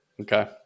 Okay